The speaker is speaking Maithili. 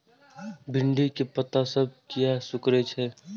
भिंडी के पत्ता सब किया सुकूरे छे?